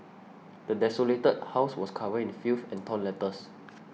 the desolated house was covered in filth and torn letters